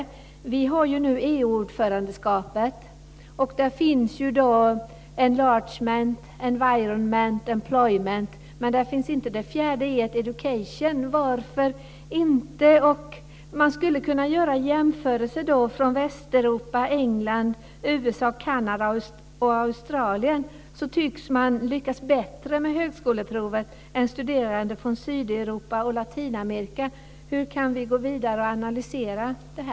Sverige innehar nu ordförandeskapet i EU, och där finns enlargement, environment och employment med. Men det fjärde e:et, education, finns inte med. Varför? Man skulle kunna göra en jämförelse. Studerande från Västeuropa, England, USA, Kanada och Australien tycks lyckas bättre med högskoleprovet än studerande från Sydeuropa och Latinamerika. Hur kan vi gå vidare och analysera detta?